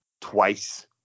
twice